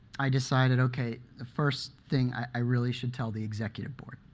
i decided ok, the first thing, i really should tell the executive board.